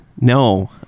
No